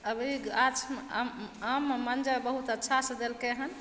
अभी गाछमे आममे मञ्जर बहुत अच्छा सऽ देलकै हन